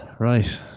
Right